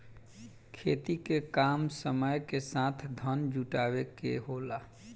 खेती के काम समय के साथ धन जुटावे के होला